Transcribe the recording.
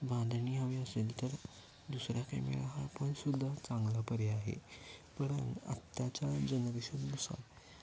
बांधणी हवी असेल तर दुसरा कॅमेरा हा पण सुुद्धा चांगला पर्याय आहे पण आत्ताच्या जनरेशननुसार